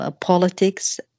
politics